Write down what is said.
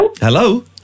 Hello